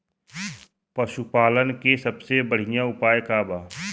पशु पालन के सबसे बढ़ियां उपाय का बा?